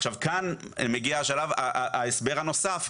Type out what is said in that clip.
עכשיו, כן מגיע השלב, ההסבר הנוסף.